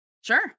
Sure